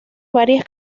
varias